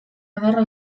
ederra